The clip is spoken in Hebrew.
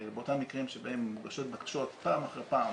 באותם מקרים שבהן מוגשות בקשות פעם אחרי פעם